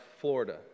Florida